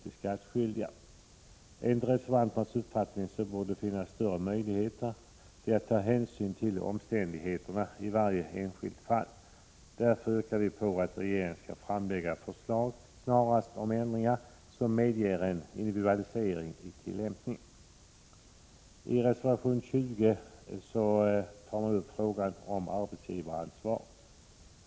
Enligt reservanternas uppfattning borde det finnas större möjligheter att ta hänsyn till omständigheterna i varje enskilt fall. Därför yrkar vi att regeringen snarast skall framlägga förslag om ändringar som medger en ökad individualisering i tillämpningen. I reservation 20 behandlas frågan om arbetsgivaransvar.